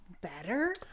better